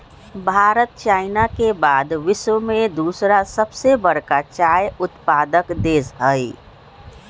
Bharat China के बाद विश्व में दूसरा सबसे बड़का चाय उत्पादक देश हई